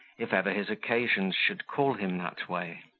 if ever his occasions should call him that way.